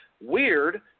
Weird